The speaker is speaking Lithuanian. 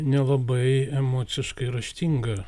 nelabai emociškai raštinga